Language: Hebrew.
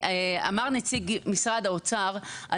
נציג משרד האוצר אמר,